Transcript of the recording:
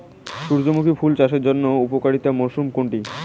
সূর্যমুখী ফুল চাষের জন্য উপযোগী মরসুম কোনটি?